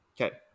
Okay